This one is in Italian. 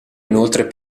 inoltre